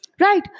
Right